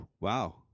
Wow